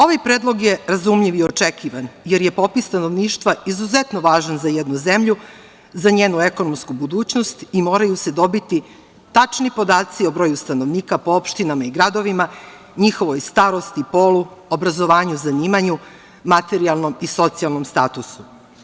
Ovaj predlog je razumljiv i očekivan, jer je popis stanovništva izuzetno važan za jednu zemlju, za njenu ekonomsku budućnost i moraju se dobiti tačni podaci o broju stanovnika po opštinama i gradovima, njihovoj starosti, polu, obrazovanje, zanimanju, materijalnom i socijalnom statusu.